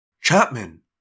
Chapman